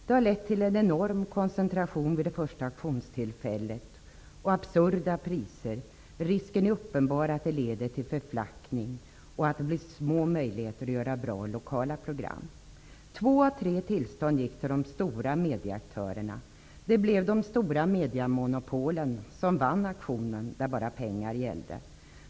Det har lett till en enorm koncentration vid det första auktionstillfället och absurda priser. Risken är uppenbar att det leder till förflackning och att det blir små möjligheter att göra bra lokala program. Två av tre tillstånd gick till de stora mediaaktörerna. Det blev de stora mediamonopolen som vann auktionen där bara pengar gällde.